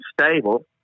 stable